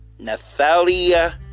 Nathalia